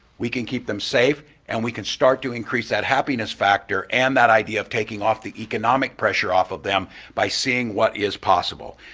we can keep them safe, and we can start to increase that happiness factor and that idea of taking off the economic pressure off of them by seeing what is possible.